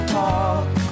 talk